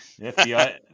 FBI